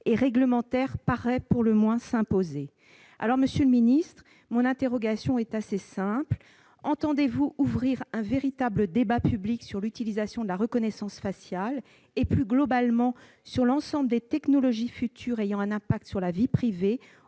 et réglementaire paraît, pour le moins, s'imposer. Aussi, monsieur le secrétaire d'État, mon interrogation est assez simple : entendez-vous ouvrir un véritable débat public sur l'utilisation de la reconnaissance faciale et, plus globalement, sur l'ensemble des technologies futures ayant un impact sur la vie privée,